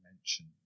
mention